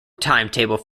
timetable